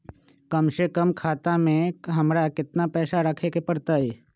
कम से कम खाता में हमरा कितना पैसा रखे के परतई?